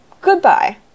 goodbye